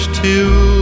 till